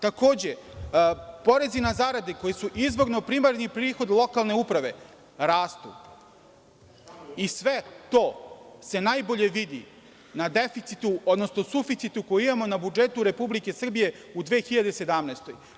Takođe, porezi na zarade koji su izvorno primarni prihod lokalne uprave rastu, i sve to se najbolje vidi na deficitu, odnosno suficitu koji imamo na budžetu Republike Srbije u 2017. godini.